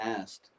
asked